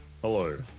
Hello